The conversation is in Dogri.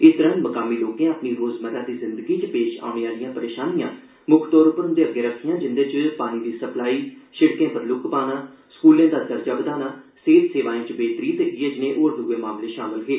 इस दौरान मुकामी लोकें अपनी रोजमर्रा दी जिंदगी च पेश औने आह्लियां परेशानियां मुक्ख तौर उप्पर उंदे अग्गे रक्खियां जिंदे च पानी दी सप्लाई सिड़कें पर लक्क पाना स्कूलें दा दर्जा बधाना सेहत सेवाएं च बेहतरी ते इयै ज्नेय होर दुए मामले बी शामल हे